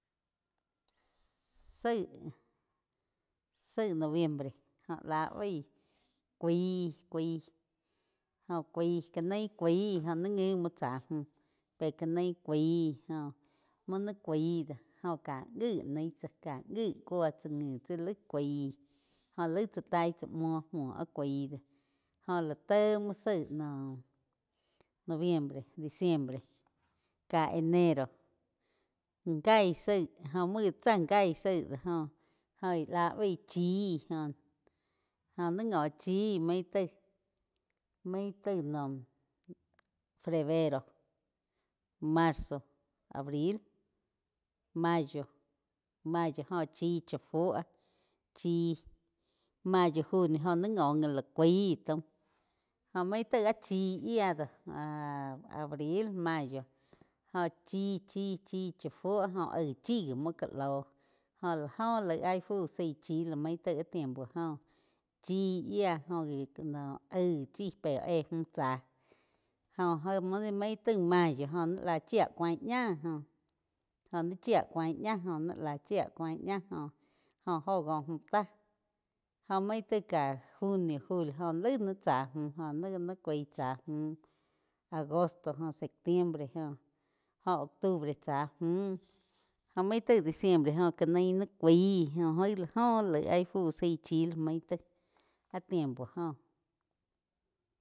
Zaíg, zaig noviembre jó lá baig cuaí-cuaí óh cuaíg ká naí cuaíg jó ni nguim muo tsá múh pe ká naí kai jo mui ni cuaí doh joh ká whi naí tsáh ká whi cúo tsáh tsi laig kuaí jóh laig tsá taig tsá muó áh cuaí do jo la té muo zaig noviembre diciembre ká enero gaí zaíg óh muo gá tzá gai zaíg óh. Óh gá lá baig chi jo na jho ni ngo chi maig taig. maig taig noh febrero, marzo, abril, mayo, mayo óh chi cha fúo chí mayo, junio óh ni ngo já la cúai taum jóh main taig áh chí yía do abril, mayo, chí, chí, chí cha fuo go aig chi gi múo ká loh jóh áh oh laig áh ih fu zaí chí lo main taig áh tiempo joh chí yía jo gi no aig chi pe éh múh tsá jo éh muo taig mayo jó ni lá chia cuaín ña jo chia cuan ña jo ni la chia cuain ña jo óh, óh mú tá jóh main taig ka junio, julio jóh laig ni tsá múh oh na jóh laih ni cuaí tsá múh agosto óh septiembre óh octubre tsá múh jó main tai diciembre jó ká naí ni cúai joh áig la oh laig áh ih fu zaí chi ló main taí áh tiempo joh.